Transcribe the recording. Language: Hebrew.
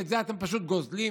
ואת זה אתם פשוט גוזלים